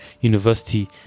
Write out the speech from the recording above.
university